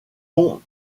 ont